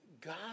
God